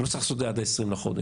לא צריך את זה עד ה-20 בחודש,